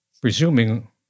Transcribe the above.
presuming